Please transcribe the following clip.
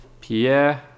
pierre